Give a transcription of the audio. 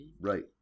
Right